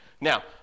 Now